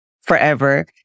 forever